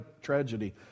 tragedy